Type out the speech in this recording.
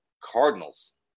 Cardinals